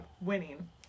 Winning